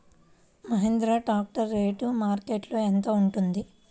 Mahindra tractor rate మార్కెట్లో యెంత ఉంటుంది?